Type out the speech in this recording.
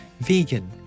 vegan